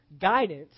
guidance